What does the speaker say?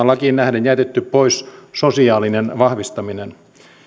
lakiin nähden jätetty pois sosiaalinen vahvistaminen